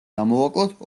გამოვაკლოთ